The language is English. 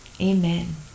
amen